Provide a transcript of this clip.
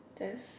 there's